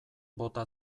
bota